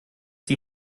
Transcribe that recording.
sie